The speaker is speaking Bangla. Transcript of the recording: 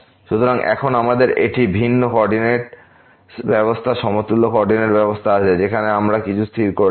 সুতরাং এখন আমাদের একটি ভিন্ন কো অর্ডিনেট ব্যবস্থা সমতুল্য কো অর্ডিনেট ব্যবস্থা আছে যেখানে আমরা কিছু স্থির করিনি